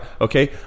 Okay